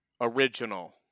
original